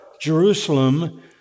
Jerusalem